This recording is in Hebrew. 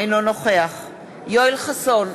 אינו נוכח יואל חסון,